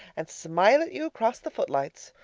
and smile at you across the footlights.